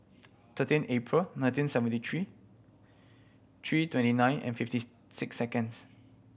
thirteen April nineteen seventy three three twenty nine and fifty six seconds